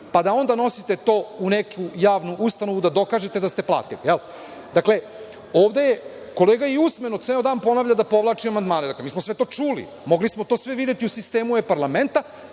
pa da onda nosite to u neku javnu ustanovu da dokažete da ste platili. Dakle, kolega i usmeno ceo dan ponavlja da povlači amandmane. Mi smo sve to čuli. Mogli smo to sve videti u sistemu e-parlamenta,